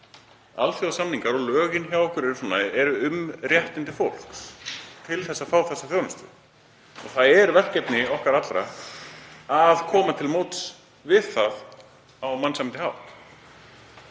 Alþjóðasamningar og lögin hjá okkur eru um réttindi fólks til að fá þessa þjónustu. Það er verkefni okkar allra að koma til móts við það á mannsæmandi hátt.